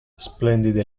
splendide